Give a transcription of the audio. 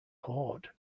horde